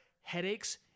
headaches